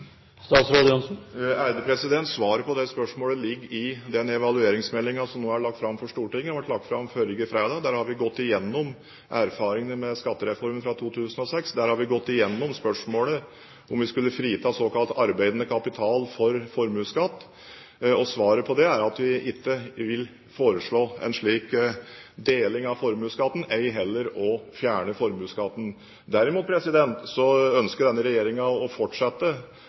Svaret på det spørsmålet ligger i den evalueringsmeldingen som nå er lagt fram for Stortinget. Den ble lagt fram forrige fredag. Der har vi gått gjennom erfaringene fra skattereformen fra 2006. Der har vi gått gjennom spørsmålet om vi skulle frita såkalt arbeidende kapital for formuesskatt. Svaret på det er at vi ikke vil foreslå en slik deling av formuesskatten, ei heller å fjerne formuesskatten. Derimot ønsker denne regjeringen å fortsette